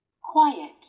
Quiet